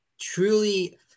truly